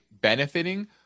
benefiting